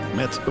met